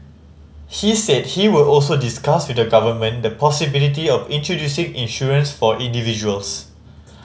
she said he would also discuss with the government the possibility of introducing insurance for individuals